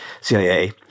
CIA